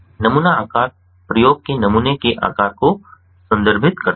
नमूना आकार प्रयोग के नमूने के आकार को संदर्भित करता है